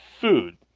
food